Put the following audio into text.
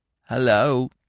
hello